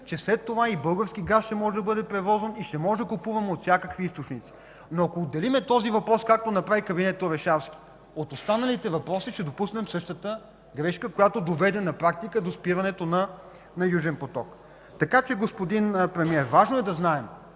че след това и български газ ще може да бъде превозван, и ще можем да купуваме от всякакви източници. Но, ако отделим този въпрос, както направи кабинетът Орешарски, от останалите въпроси, ще допуснем същата грешка, която доведе на практика до спирането на „Южен поток”. Така че, господин Премиер, важно е да знаем